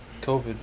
covid